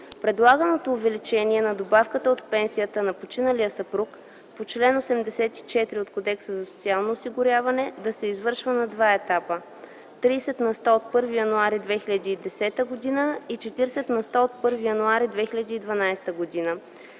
Предлаганото увеличение на добавката от пенсията на починалия съпруг по чл. 84 от Кодекса за социално осигуряване да се извършва на два етапа: 30 на сто от 1 януари 2010 г. и 40 на сто от 1 януари 2012 г.,